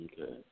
Okay